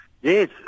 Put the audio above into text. Yes